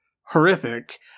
horrific